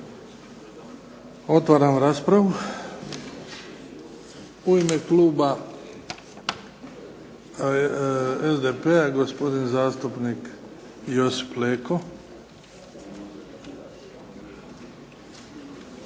Otvaram raspravu. U ime kluba SDP-a gospodin zastupnik Josip Leko.